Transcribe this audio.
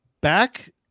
back